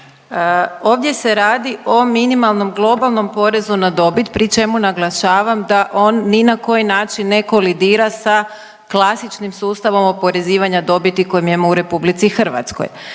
ovdje se radi o minimalnom globalnom porezu na dobit, pri čemu naglašavam da on ni na koji način ne kolidira sa klasičnim sustavom oporezivanja dobiti koji mi imamo u RH. Dakle